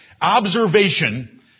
Observation